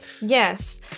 Yes